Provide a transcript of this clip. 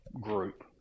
group